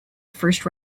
first